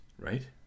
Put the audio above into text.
Right